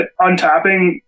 untapping